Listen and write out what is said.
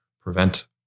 prevent